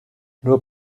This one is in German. nur